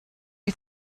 you